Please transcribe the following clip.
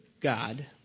God